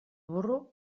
burro